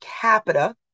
capita